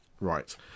Right